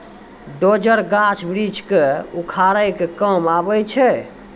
dozer, गाछ वृक्ष क उखाड़े के काम आवै छै